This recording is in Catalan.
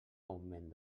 augment